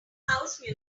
house